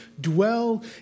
dwell